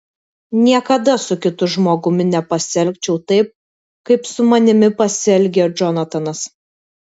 niekada su kitu žmogumi nepasielgčiau taip kaip su manimi pasielgė džonatanas